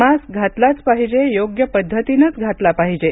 mask घातलाच पाहिजे योग्य पद्धतीनंच घातला पाहिजे